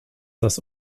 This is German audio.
das